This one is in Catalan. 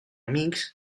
amics